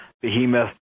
behemoth